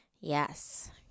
Yes